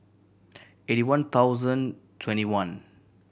eighty one thousand twenty one